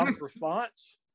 response